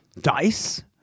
Dice